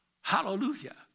Hallelujah